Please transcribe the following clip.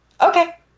Okay